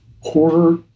horror